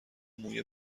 موی